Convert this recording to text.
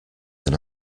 than